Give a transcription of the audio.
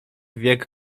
wiek